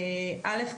אל"ף,